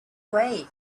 way